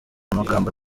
amagambo